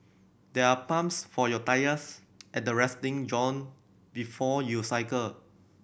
there are pumps for your tyres at the resting zone before you cycle